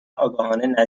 آگاهانه